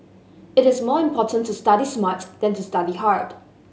it is more important to study smart than to study hard